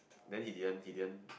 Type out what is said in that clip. then he didn't he didn't